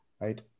right